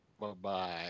Bye-bye